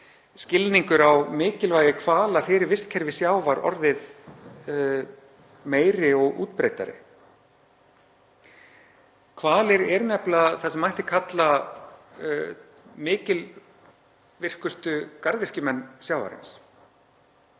skilningur á mikilvægi hvala fyrir vistkerfi sjávar orðið meiri og útbreiddari. Hvalir eru nefnilega það sem mætti kalla mikilvirkustu garðyrkjumenn sjávarins.